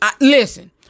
Listen